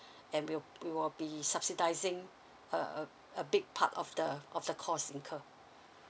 and we'll we will be subsidising a a a big part of the of the cost incurred